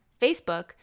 Facebook